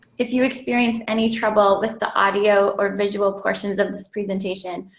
if you experience any trouble with the audio or visual portions of this presentation,